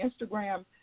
Instagram